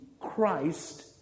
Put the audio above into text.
Christ